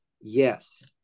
Yes